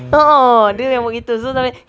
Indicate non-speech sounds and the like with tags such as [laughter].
[noise] a'ah dia yang buat gitu sampai